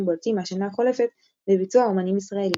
בולטים מהשנה החולפת בביצוע אומנים ישראלים.